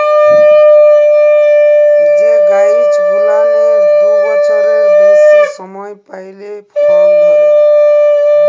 যে গাইছ গুলানের দু বচ্ছরের বেইসি সময় পইরে ফল ধইরে